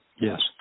Yes